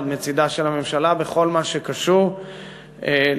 מצדה של הממשלה בכל מה שקשור למגדלים,